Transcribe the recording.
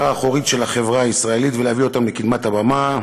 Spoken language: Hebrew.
האחורית של החברה הישראלית ולהביא אותם לקדמת הבמה,